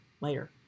later